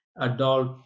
Adult